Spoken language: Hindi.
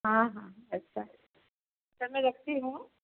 हाँ हाँ अच्छा अच्छा मैं रखती हूँ